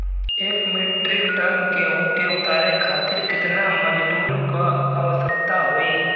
एक metric ton गेहूँ के उतारे खातीर कितना मजदूर क आवश्यकता होई?